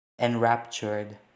enraptured